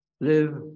live